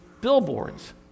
billboards